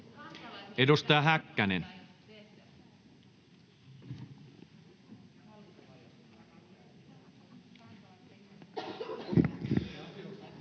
Edustaja Häkkänen.